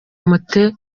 mute